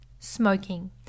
Smoking